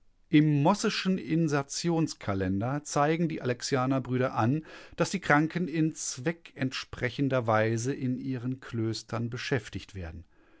im mosseschen insertionskalender zeigen die alexianerbrüder an daß die kranken in zweckentsprechender weise in ihren klöstern beschäftigt werden